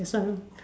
that's why lor